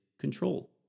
control